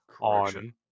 on